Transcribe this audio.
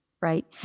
Right